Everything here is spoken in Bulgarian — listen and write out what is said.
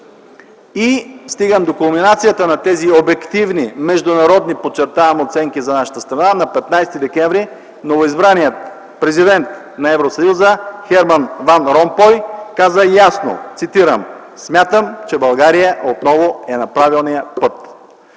И стигам до кулминацията на тези обективни международни – подчертавам – оценки за нашата страна: на 15 декември 2010 г. новоизбраният президент на Евросъюза Херман ван Ромпой каза ясно, цитирам: смятам, че България отново е на правилния път.